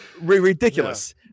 ridiculous